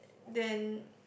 than